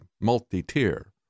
multi-tier